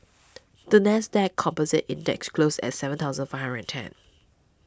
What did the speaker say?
the NASDAQ Composite Index closed at seven thousand Five Hundred and ten